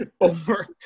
over